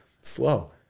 slow